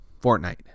Fortnite